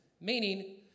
Meaning